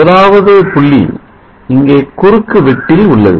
முதலாவது புள்ளி இங்கே குறுக்குவெட்டில் உள்ளது